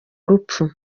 rupfu